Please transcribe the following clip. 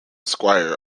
squire